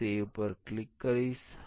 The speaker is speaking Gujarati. હું સેવ પર ક્લિક કરીશ